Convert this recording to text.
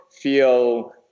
feel